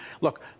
Look